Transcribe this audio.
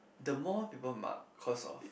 the more people might cause of